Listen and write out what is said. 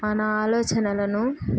మన ఆలోచనలను